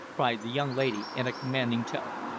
cried the young lady in a commanding tone.